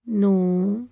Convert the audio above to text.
ਨੂੰ